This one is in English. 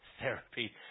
therapy